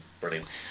brilliant